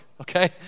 okay